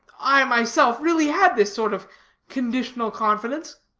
i myself, really had this sort of conditional confidence,